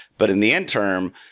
but in the end term,